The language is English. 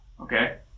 Okay